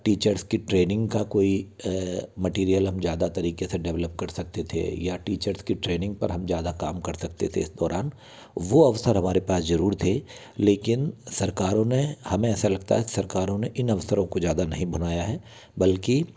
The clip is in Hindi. टीचर्स की ट्रेनिंग का कोई मटेरियल हम ज़्यादा तरीक़े से डेवलप कर सकते थे या टीचर्स की ट्रेनिंग पर हम ज़्यादा काम कर सकते थे इस दौरान वो अवसर हमारे पास ज़रूर थे लेकिन सरकारों ने हमें ऐसा लगता है सरकारों ने इन अवसरों को ज़्यादा नहीं बनाया है बल्कि